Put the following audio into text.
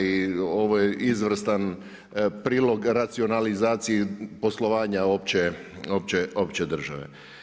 I ovo je izvrstan prilog racionalizaciji poslovanja opće države.